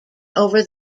over